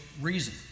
reason